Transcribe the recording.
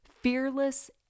fearless